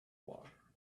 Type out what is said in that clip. war